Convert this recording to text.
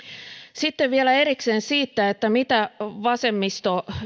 sitten vielä erikseen siitä mitä vasemmisto